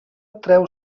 treu